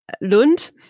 Lund